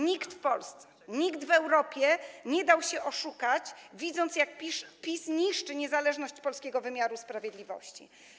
Nikt w Polsce, nikt w Europie nie dał się oszukać, widząc, jak PiS niszczy niezależność polskiego wymiaru sprawiedliwości.